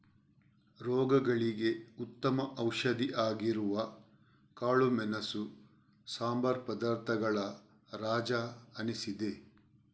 ರೋಗಗಳಿಗೆ ಉತ್ತಮ ಔಷಧಿ ಆಗಿರುವ ಕಾಳುಮೆಣಸು ಸಂಬಾರ ಪದಾರ್ಥಗಳ ರಾಜ ಅನಿಸಿದೆ